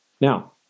Now